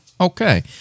okay